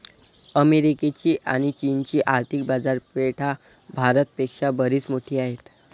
अमेरिकेची आणी चीनची आर्थिक बाजारपेठा भारत पेक्षा बरीच मोठी आहेत